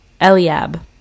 Eliab